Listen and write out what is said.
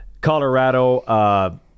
Colorado